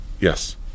Yes